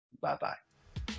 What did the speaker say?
Bye-bye